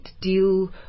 deal